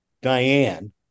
Diane